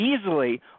easily